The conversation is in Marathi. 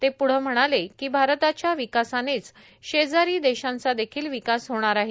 ते पुढं म्हणाले की भारताच्या विकासानेच शेजारी देशांचा देखिल विकास होणार आहे